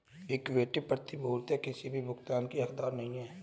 equity प्रतिभूतियां किसी भी भुगतान की हकदार नहीं हैं